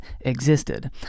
existed